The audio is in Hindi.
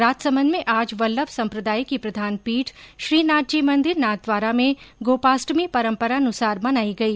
राजसमन्द में आज वल्लभ सम्प्रदाय की प्रधान पीठ श्रीनाथजी मंदिर नाथद्वारा में गोपाष्टमी परम्परानुसार मनाई गई